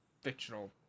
fictional